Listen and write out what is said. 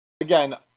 again